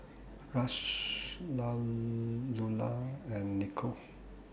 Rush Lulah and Nico